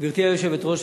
גברתי היושבת-ראש,